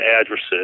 addresses